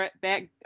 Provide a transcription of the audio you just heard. back